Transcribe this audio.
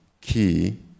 key